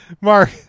Mark